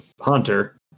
Hunter